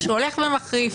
שהולך ומחריף.